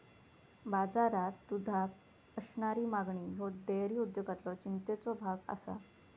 बाजारात दुधाक असणारी मागणी ह्यो डेअरी उद्योगातलो चिंतेचो भाग आसा